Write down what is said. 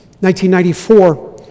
1994